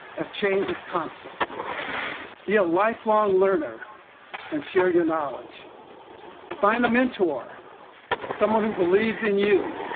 as change is constant be a life-long learner and share your knowledge find a mentor someone who believes in you,